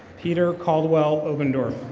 peter colwell obindorf.